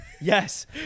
Yes